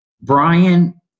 Brian